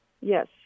Yes